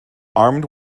armed